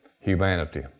humanity